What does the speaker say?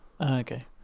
okay